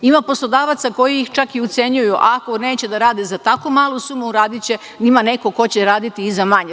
Ima poslodavaca koji ih čak i ucenjuju - ako neće da rade za tako malu sumu, ima neko ko će raditi i za manje.